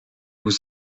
vous